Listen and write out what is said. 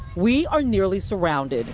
we are nearly surrounded